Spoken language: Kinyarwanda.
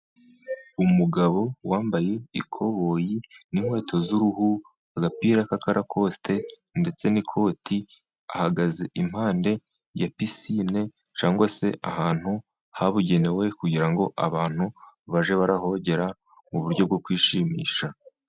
Umugabo wambaye: ikoboyi n'inkweto z'uruhu, agapira kaka rakosite ndetse n'ikoti. Ahagaze impande ya pisine cyangwa se ahantu habugenewe kugira ngo abantu bajye barahogera mu buryo bwo kwishimisha.